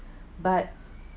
but